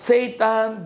Satan